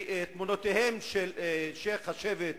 ותמונותיהם של שיח' השבט,